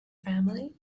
family